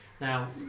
Now